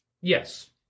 Yes